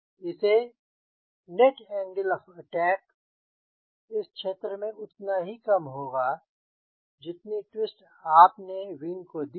इससे net angle of attack इस क्षेत्र में उतना कम होगा जितनी ट्विस्ट आपने विंग को दी है